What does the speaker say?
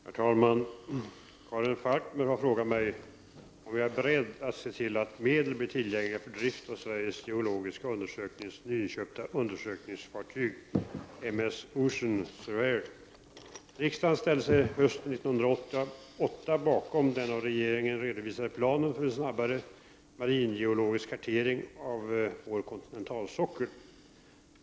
Herr talman! Karin Falkmer har frågat mig om jag är beredd att se till att medel blir tillgängliga för drift av Sveriges geologiska undersöknings nyinköpta undersökningsfartyg M/S Ocean Surveyor. Riksdagen ställde sig hösten 1988 bakom den av regeringen redovisade planen för en snabbare maringeologisk kartering av vår kontinentalsockel.